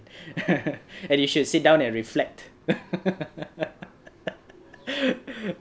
and you should sit down and reflect